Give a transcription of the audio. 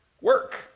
work